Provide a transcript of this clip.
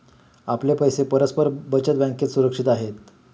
आपले पैसे परस्पर बचत बँकेत सुरक्षित आहेत